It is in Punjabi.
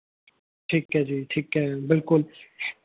ਠੀਕ ਹੈ ਜੀ ਠੀਕ ਹੈ ਬਿਲਕੁੱਲ